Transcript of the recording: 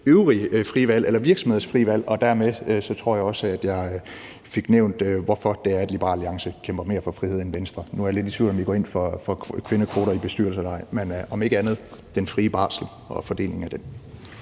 eller virksomheders frie valg. Dermed tror jeg også, at jeg fik nævnt, hvorfor det er, Liberal Alliance kæmper mere for frihed end Venstre. Nu er jeg lidt i tvivl om, om I går ind for kvindekvoter i bestyrelser eller ej, men om ikke andet bakker I op om begrænsningen af den